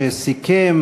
שסיכם